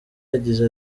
yagize